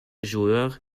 joueurs